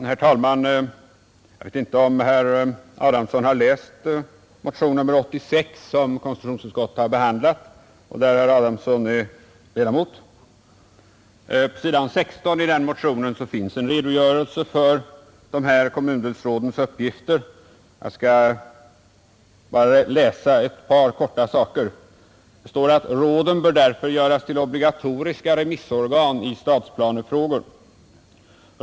Herr talman! Jag vet inte om herr Adamsson har läst motionen 86 som har behandlats av konstitutionsutskottet, i vilket herr Adamsson är ledamot. På s. 16 i den motionen finns en redogörelse för kommundelsrådens uppgifter. Jag skall bara återge ett par korta meningar: ”Råden bör därför göras till obligatoriska remissorgan i stadsplanefrågor.